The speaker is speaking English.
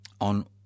on